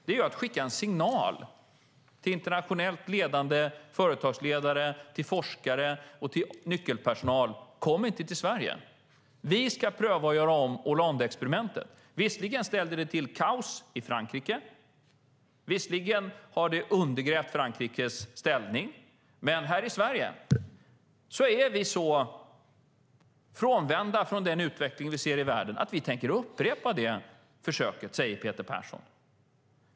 Det är att skicka en signal till internationellt ledande företagsledare, forskare och nyckelpersonal att inte komma till Sverige. Vi ska pröva att göra om Hollandeexperimentet. Visserligen ställde det till kaos i Frankrike, visserligen har det undergrävt Frankrikes ställning, men här i Sverige är vi så frånvända från den utveckling vi ser i världen att vi tänker upprepa försöket, säger Peter Persson.